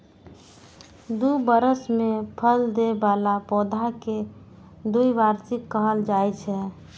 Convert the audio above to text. दू बरस मे फल दै बला पौधा कें द्विवार्षिक कहल जाइ छै